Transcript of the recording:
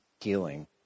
healing